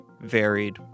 varied